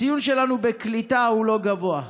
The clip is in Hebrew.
הציון שלנו בקליטה הוא לא גבוה,